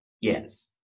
Yes